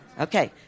Okay